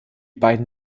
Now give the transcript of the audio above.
beiden